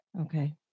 Okay